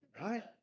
Right